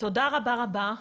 תודה רבה רבה,